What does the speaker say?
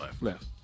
left